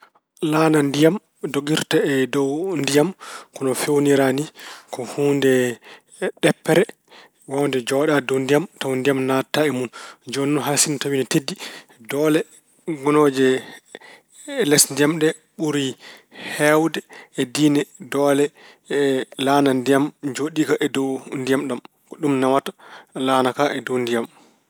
Laana ndiyam dogirta e dow ndiyam ko no feewnira ni. Ko huunde ɗeppere, waawde jooɗaade e dow ndiyam tawa ndiyam naatataa e mun. Jooni noon hay sinno tawi ine teddi, doole ngonooje les ndiyam ɗe ɓuri heewde e diine doole laana ndiyam njoɗiika e dow ndiyam ɗam. Ko ɗum nawata laaka ka e dow ndiyam.